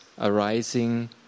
arising